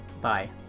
Bye